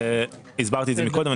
הסברתי את זה מקודם.